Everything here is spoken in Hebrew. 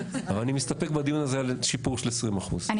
אבל אני מסתפק בדיון הזה על שיפור של 20%. אני